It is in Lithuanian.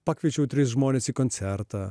pakviečiau tris žmones į koncertą